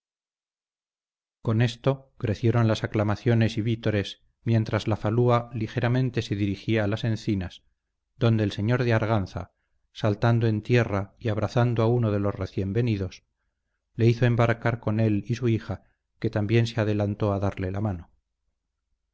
con esto crecieron las aclamaciones y vítores mientras la falúa ligeramente se dirigía a las encinas donde el señor de arganza saltando en tierra y abrazando a uno de los recién venidos le hizo embarcar con él y su hija que también se adelantó a darle la mano